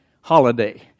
holiday